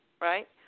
right